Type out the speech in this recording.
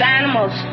animals